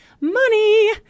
Money